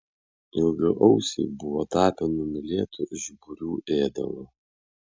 ilgaausiai buvo tapę numylėtu žiburių ėdalu